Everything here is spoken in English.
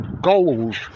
goals